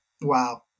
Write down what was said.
Wow